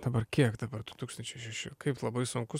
dabar kiek dabar du tūkstančiai šešio kaip labai sunku